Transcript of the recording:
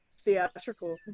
Theatrical